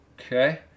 okay